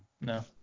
No